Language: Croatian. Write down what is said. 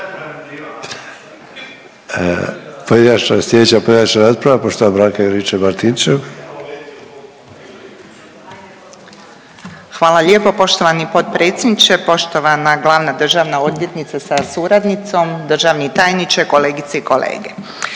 Hvala lijepo poštovani potpredsjedniče, poštovana glavna državna odvjetnice sa suradnicom, državni tajniče, kolegice i kolege.